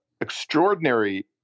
extraordinary